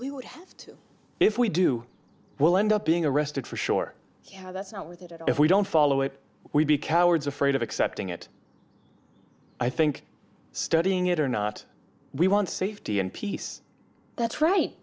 to if we do we'll end up being arrested for sure yeah that's not with it if we don't follow it we'd be cowards afraid of accepting it i think studying it or not we want safety and peace that's right